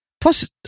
plus